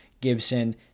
Gibson